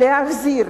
להחזיר